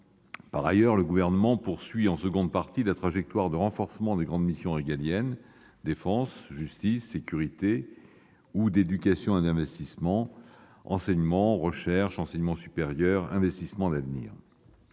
Par ailleurs, le Gouvernement poursuit, en seconde partie du PLF, la trajectoire de renforcement des grandes missions régaliennes- défense, justice, sécurités -ou d'éducation et d'investissement- enseignement, recherche, investissements d'avenir.